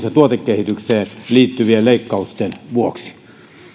ja tuotekehitykseen liittyvien leikkausten vuoksi